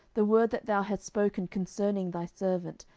the word that thou hast spoken concerning thy servant,